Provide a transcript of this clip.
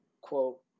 quote